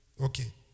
Okay